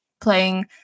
playing